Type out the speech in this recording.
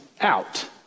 out